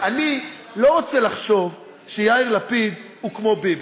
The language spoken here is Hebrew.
אני לא רוצה לחשוב שיאיר לפיד הוא כמו ביבי,